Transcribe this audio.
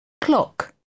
Clock